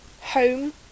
home